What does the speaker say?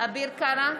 אביר קארה,